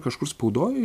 kažkur spaudoj